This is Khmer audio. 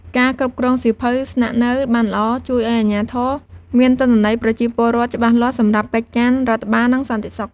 ការគ្រប់គ្រងសៀវភៅស្នាក់នៅបានល្អ ជួយឱ្យអាជ្ញាធរមានទិន្នន័យប្រជាពលរដ្ឋច្បាស់លាស់សម្រាប់កិច្ចការរដ្ឋបាល និងសន្តិសុខ។